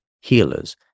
healers